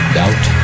doubt